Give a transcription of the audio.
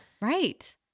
Right